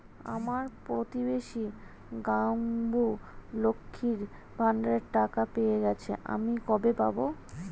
আমার প্রতিবেশী গাঙ্মু, লক্ষ্মীর ভান্ডারের টাকা পেয়ে গেছে, আমি কবে পাব?